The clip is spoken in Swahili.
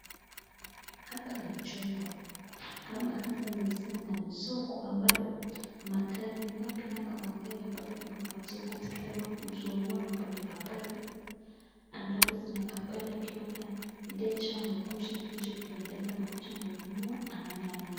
Hapa ni chumba ama hapa ni sehemu ya soko ambapo magari mapya ama magari ambazo ziko kwa soko zikitaka kuuzwa huwa wanapeleka pale alafu zinakaa pale akipata mteja anakuja kilicho mpendeza anakuja ananunua anaenda naye.